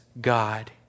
God